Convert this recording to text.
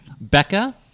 Becca